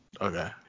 Okay